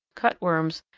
cutworms,